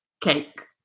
Cake